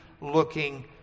looking